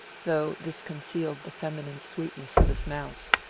though this concealed the feminine sweetness of his mouth.